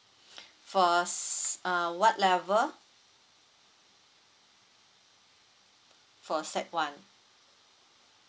for s~ uh what level for sec one